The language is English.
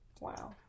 Wow